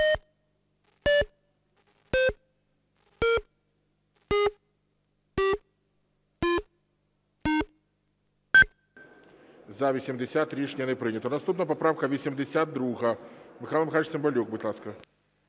За-80 Рішення не прийнято. Наступна поправка 82. Михайло Михайлович Цимбалюк, будь ласка.